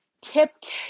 tipped